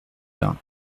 bains